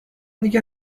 دیگه